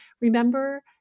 Remember